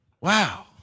Wow